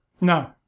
No